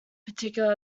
particular